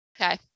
Okay